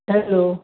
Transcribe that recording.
hello